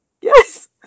Yes